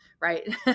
right